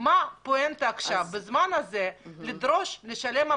מה הנקודה עכשיו בזמן הזה לדרוש לשלם את